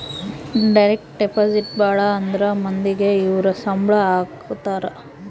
direct deposit ಭಾಳ ಅಂದ್ರ ಮಂದಿಗೆ ಅವ್ರ ಸಂಬ್ಳ ಹಾಕತರೆ